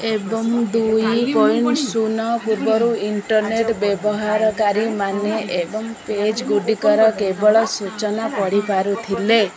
ଏବଂ ଦୁଇ ପଏଣ୍ଟ୍ ଶୂନ ପୂର୍ବରୁ ଇଣ୍ଟରନେଟ୍ ବ୍ୟବହାରକାରୀ ମାନେ ଏବଂ ପେଜ୍ଗୁଡ଼ିକର କେବଳ ସୂଚନା ପଢ଼ିପାରୁଥିଲେ